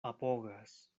apogas